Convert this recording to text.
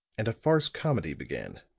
and a farce-comedy began.